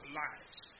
lives